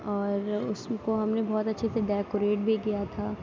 اور اس کو ہم نے بہت اچھے سے ڈیکوریٹ بھی کیا تھا